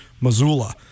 Missoula